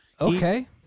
okay